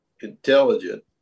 intelligent